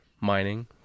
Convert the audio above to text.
mining